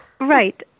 Right